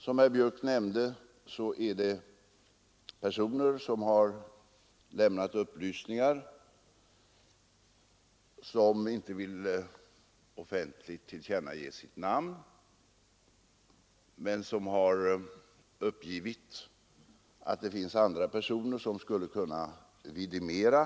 Som herr Björck nämnde vill de personer som lämnat upplysningar i detta fall inte offentligt tillkännage sina namn, men de har uppgivit att det finns andra människor som kan vidimera uppgifterna.